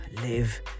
live